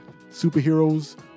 superheroes